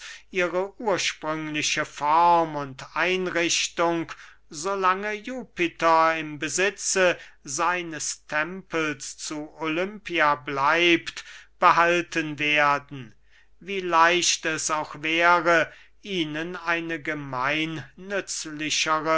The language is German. ihre ursprüngliche form und einrichtung so lange jupiter im besitze seines tempels zu olympia bleibt behalten werden wie leicht es auch wäre ihnen eine gemeinnützlichere